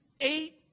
eight